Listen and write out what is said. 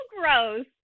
gross